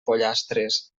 pollastres